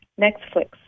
Netflix